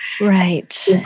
Right